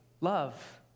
love